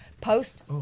Post